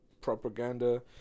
propaganda